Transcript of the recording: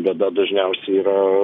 bėda dažniausiai yra